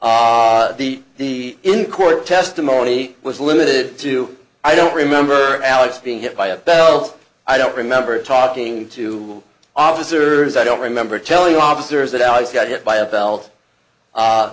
is that the in court testimony was limited to i don't remember alex being hit by a belt i don't remember talking to officers i don't remember telling officers that alex got hit by a bel